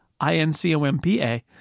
i-n-c-o-m-p-a